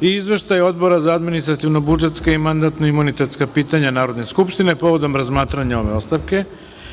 i Izveštaj Odbora za administrativno-budžetska i mandatno-imunitetska pitanja Narodne skupštine, povodom razmatranja ove ostavke,